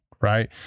Right